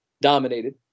Dominated